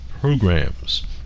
programs